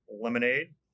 lemonade